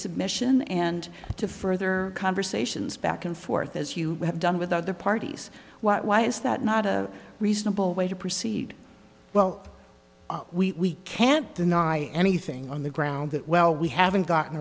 resubmission and to further conversations back and forth as you have done with other parties why is that not a reasonable way to proceed well we can't deny anything on the ground that well we haven't gotten